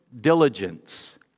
diligence